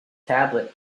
tablet